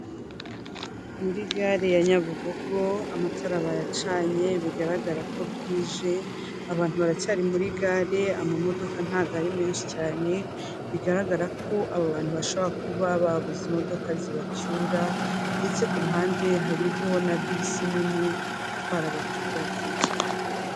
Ni kamyo nini ya randekuruza ya rukururana irimo gukurura izindi, iri mu muhanda igenda, umuhanda nyabagendwa arikohande muhanda irenze ahantu ku kiraro inyuze munsi y'ikiraro kigeretseho undi muhanda hejuru, ni umuhanda ufite icyapa kiri ku muhanda kitagaragaza ibyo kivuga n'ipoto y'amashanyarazi ndetse n'agashyamba kanini cyane.